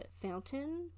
fountain